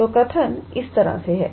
तो कथन इस तरह से है